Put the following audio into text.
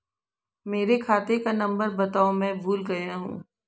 मेरे खाते का नंबर बताओ मैं भूल गया हूं